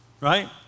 right